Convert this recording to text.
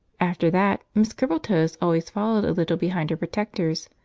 after that miss crippletoes always followed a little behind her protectors,